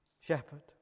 shepherd